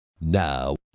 Now